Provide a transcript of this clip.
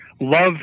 Love